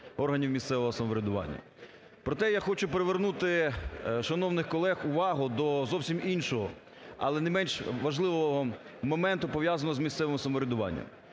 органів місцевого самоврядування. Проте, я хочу привернути шановних колег увагу до зовсім іншого, але не менш важливого моменту, пов'язаного з місцевим самоврядуванням.